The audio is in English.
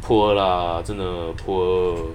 poor lah 真的 poor